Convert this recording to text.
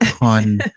on